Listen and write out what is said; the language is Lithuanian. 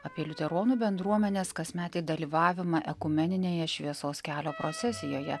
apie liuteronų bendruomenės kasmetį dalyvavimą ekumeninėje šviesos kelio procesijoje